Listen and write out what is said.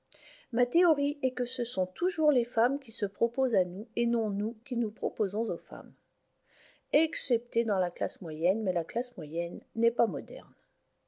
ma théorie est que ce sont toujours les femmes qui se proposent à nous et non nous qui nous proposons aux femmes excepté dans la classe moyenne mais la classe moyenne n'est pas moderne